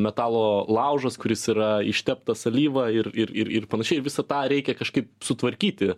metalo laužas kuris yra išteptas alyva ir ir ir ir panašiai visą tą reikia kažkaip sutvarkyti